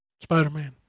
Spider-Man